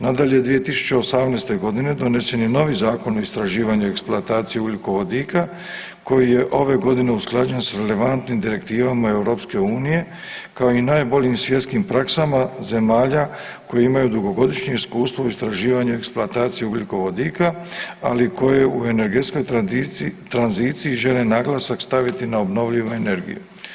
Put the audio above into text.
Nadalje, 2018.g. donesen je novi Zakon o istraživanju i eksploataciji ugljikovodika koji je ove godine usklađen s relevantnim direktivama EU kao i najboljim svjetskim praksama zemalja koje imaju dugogodišnje iskustvo u istraživanju i eksploataciji ugljikovodika, ali koje u energetskoj tranziciji žele naglasak staviti na obnovljivu energiju.